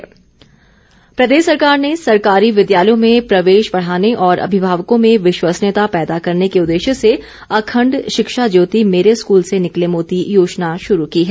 सरवीण प्रदेश सरकार ने सरकारी विद्यालयों में प्रवेश बढ़ाने और अभिभावकों में विश्वसनीयता पैदा करने के उददेश्य से अखंड शिक्षा ज्योति मेरे स्कूल से निकले मोती योजना शुरू की है